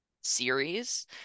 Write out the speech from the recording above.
series